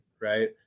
right